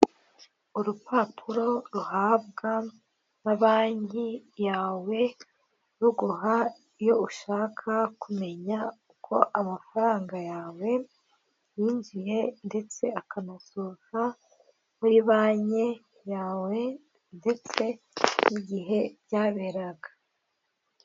Urupapuro ruhabwa na banki yawe ruguha iyo ushaka kumenya uko amafaranga yawe yinjiye ndetse akanasohoka muri banki yawe ndetse n'igihe byaberaga.